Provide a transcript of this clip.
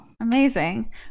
amazing